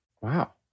Wow